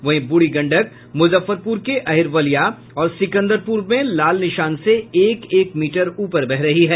वहीं ब्रढ़ी गंडक मुजफ्फरपुर के अहिरवलिया और सिकंदरपुर में लाल निशान से एक एक मीटर ऊपर बह रही है